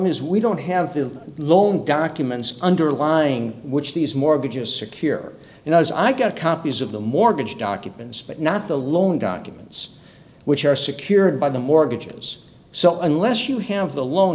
is we don't have the loan guy commands underlying which these mortgages secure and as i got copies of the mortgage documents but not the loan documents which are secured by the mortgages so unless you have the loan